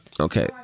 Okay